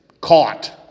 caught